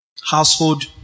Household